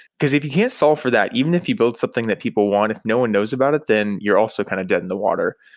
because if you can't solve for that, even if you build something that people want, if no one knows about it, then you're also kind of dead in the water.